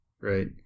right